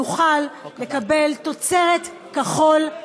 נוכל לקבל תוצרת כחול,